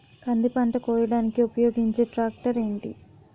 కంది పంట కోయడానికి ఉపయోగించే ట్రాక్టర్ ఏంటి?